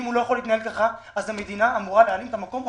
אם הוא לא יכול להתנהל כך אז המדינה אמורה להלאים את המקום,